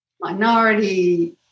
minority